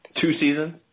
Two-seasons